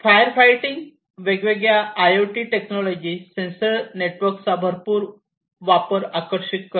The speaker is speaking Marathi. फायर फायटिंग वेगवेगळ्या आयआयओटी टेक्नॉलॉजी सेन्सर नेटवर्कचा भरपूर वापर आकर्षित करते